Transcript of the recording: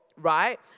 Right